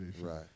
Right